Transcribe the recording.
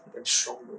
the back strong though